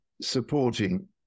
supporting